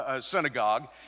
synagogue